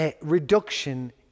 reduction